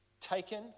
taken